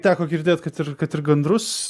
teko girdėt kad ir kad ir gandrus